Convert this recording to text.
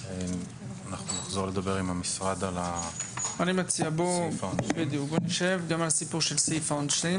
אני מציע שנשב ונדון על הסיפור של סעיף העונשין